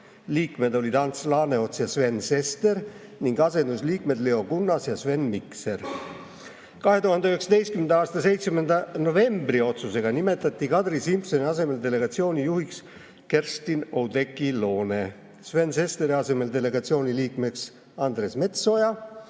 liikmed olid Ants Laaneots ja Sven Sester ning asendusliikmed olid Leo Kunnas ja Sven Mikser. 2019. aasta 7. novembri otsusega nimetati Kadri Simsoni asemel delegatsiooni juhiks Kerstin-Oudekki Loone, Sven Sesteri asemel delegatsiooni liikmeks Andres Metsoja